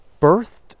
birthed